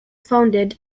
founded